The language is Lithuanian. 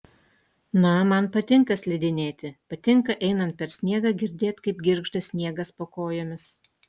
na man patinka slidinėti patinka einant per sniegą girdėt kaip girgžda sniegas po kojomis